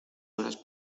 horas